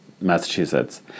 massachusetts